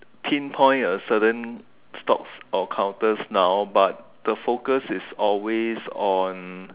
pinpoint a certain stop or counters now but the focus is always on